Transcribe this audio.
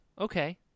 Okay